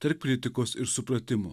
tarp kritikos ir supratimo